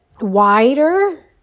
wider